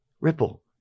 Ripple